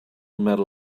medal